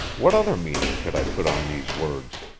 what other meaning could i put on these words?